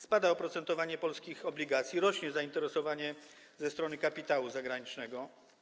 Spada oprocentowanie polskich obligacji, rośnie zainteresowanie ze strony kapitału zagranicznego.